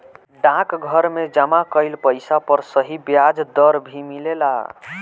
डाकघर में जमा कइल पइसा पर सही ब्याज दर भी मिलेला